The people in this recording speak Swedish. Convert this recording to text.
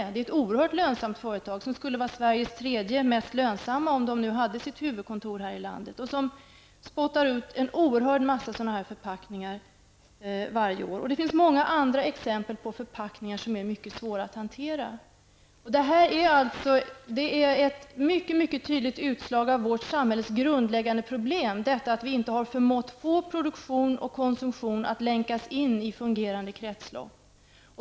Tetrapak är ett oerhört lönsamt företag, som skulle vara Sveriges tredje lönsammaste, om det nu hade sitt huvudkontor här i landet. Det spottar ut en oerhörd mängd förpackningar varje år. Det finns också många andra exempel på förpackningar som är mycket svåra att hantera. Detta är ett mycket tydligt uttryck för vårt samhälles grundläggande problem, att vi inte har fått produktion och konsumtion att länkas in i fungerande kretslopp.